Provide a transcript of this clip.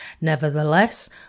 Nevertheless